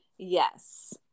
Yes